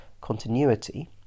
Continuity